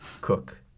cook